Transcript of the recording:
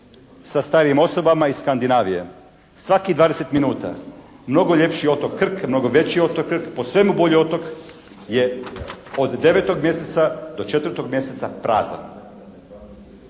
sa starim osobama iz Skandinavije. Svakih 20 minuta. Mnogo ljepši otok Krk, mnogo veći otok Krk, po svemu bolji otok je od 9. mjeseca do 4. mjeseca prazan.